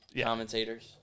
commentators